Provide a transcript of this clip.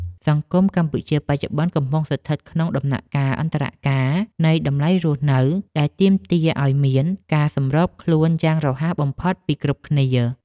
សង្គមកម្ពុជាបច្ចុប្បន្នកំពុងស្ថិតក្នុងដំណាក់កាលអន្តរកាលនៃតម្លៃរស់នៅ ដែលទាមទារឱ្យមានការសម្របខ្លួនយ៉ាងរហ័សបំផុតពីគ្រប់គ្នា។